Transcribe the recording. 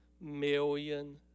million